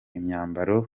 imyambaro